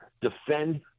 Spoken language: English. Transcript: defend